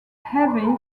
heavy